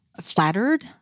flattered